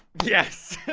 yes!